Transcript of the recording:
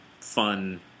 fun